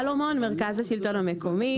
אני מהמרכז השלטון המקומי.